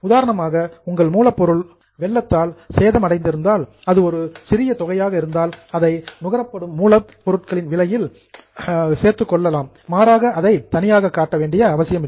உதாரணமாக உங்கள் மூலப்பொருள் வெள்ளத்தால் டெஸ்ட்ராய்ட் சேதம் அடைந்திருந்தால் அது ஒரு சிறிய தொகையாக இருந்தால் அதை நுகரப்படும் மூலப் பொருட்களின் விலையில் இன்கிளுடிங் சேர்த்துக்கொள்ளலாம் மாறாக அதைத் தனியாக காட்ட வேண்டியதில்லை